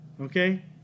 okay